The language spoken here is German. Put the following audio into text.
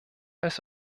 als